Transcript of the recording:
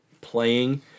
playing